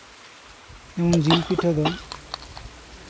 ᱡᱮᱢᱚᱱ ᱡᱤᱞ ᱯᱤᱴᱷᱟᱹ ᱫᱚ